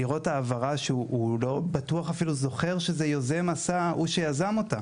ולראות את ההעברה שהוא לא בטוח שזה הוא שיזם אותה.